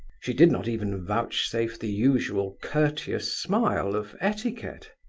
she did not even vouchsafe the usual courteous smile of etiquette.